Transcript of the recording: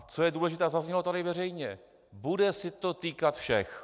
Co je důležité a zaznělo to tu veřejně: Bude se to týkat všech?